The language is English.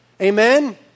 Amen